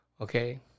okay